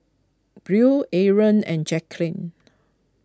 Buell Arron and Jacklyn